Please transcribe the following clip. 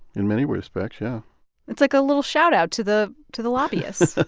in many respects, yeah it's like a little shoutout to the to the lobbyists